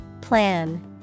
Plan